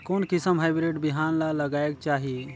कोन किसम हाईब्रिड बिहान ला लगायेक चाही?